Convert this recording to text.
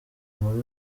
muri